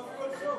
סוף-סוף.